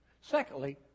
Secondly